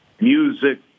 music